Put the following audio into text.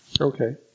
Okay